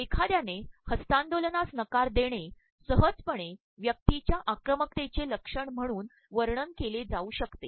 एखाद्याने हस्त्तांदोलनास नकार देणे सहजपणे व्यक्तीच्या आक्रमकतेचे लक्षण म्हणून वणयन के ले जाऊ शकते